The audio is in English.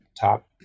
top